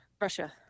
russia